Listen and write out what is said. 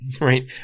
Right